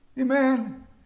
Amen